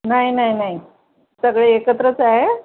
नाही नाही नाही सगळे एकत्रच आहे